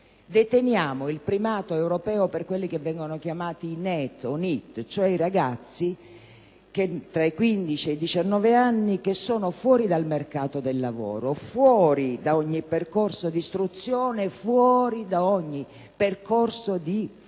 Deteniamo il primato europeo per coloro che vengono definiti dall'acronimo NEET, cioè i ragazzi tra i 15 e i 19 anni che sono al di fuori dal mercato del lavoro, fuori da ogni percorso di istruzione, fuori da ogni percorso di formazione.